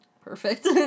perfect